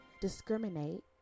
discriminate